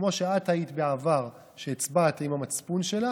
כמו שאת היית בעבר, כשהצבעת עם המצפון שלך,